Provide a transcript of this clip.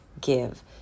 give